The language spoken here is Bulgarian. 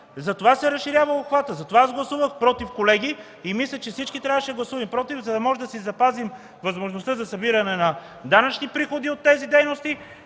Затова се разширява обхватът. Затова аз гласувах „против”, колеги. Мисля, че всички трябваше да гласуваме „против”, за да запазим възможността за събиране на данъчни приходи от тези дейности,